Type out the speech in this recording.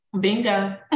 Bingo